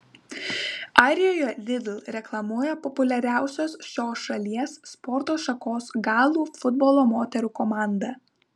arijoje lidl reklamuoja populiariausios šios šalies sporto šakos galų futbolo moterų komanda